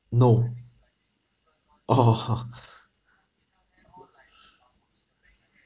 no oh